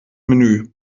menü